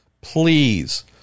Please